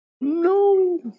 No